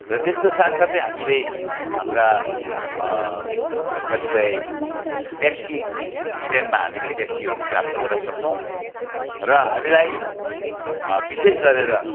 र त्यसको साथ साथै हामीले हाम्रा कतिपय ट्याक्सी स्ट्याण्डमा हामीले ट्याक्सीहरू प्राप्त गर्न सक्छौँ र हामीलाई विशेष गरेर